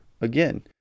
again